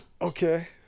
Okay